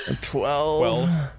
Twelve